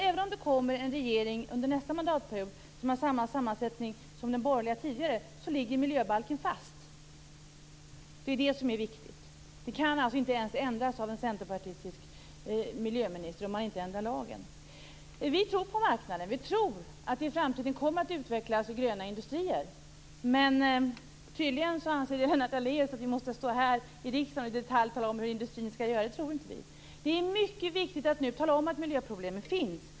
Även om det kommer en regering under nästa mandatperiod som har samma sammansättning som den tidigare borgerliga, ligger miljöbalken fast. Det är det som är viktigt. Det kan alltså inte ens ändras av en centerpartistisk miljöminister om man inte ändrar lagen. Vi tror på marknaden. Vi tror att det i framtiden kommer att utvecklas gröna industrier. Men tydligen anser Lennart Daléus att vi måste stå här i riksdagen och i detalj tala om hur industrin skall göra. Det tror inte vi. Det är mycket viktigt att nu tala om att miljöproblemen finns.